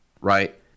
right